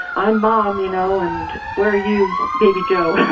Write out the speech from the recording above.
i'm mom, you know, and where are you, baby joe?